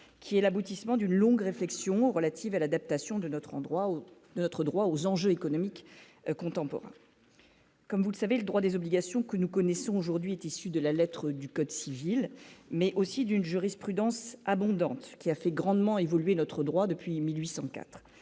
qui est l'aboutissement d'une longue réflexion relative à l'adaptation de notre endroit où notre droit aux enjeux économiques contemporains. Comme vous le savez, le droit des obligations que nous connaissons aujourd'hui est issu de la lettre du code civil, mais aussi d'une jurisprudence abondante qui a fait grandement évoluer notre droit depuis 1804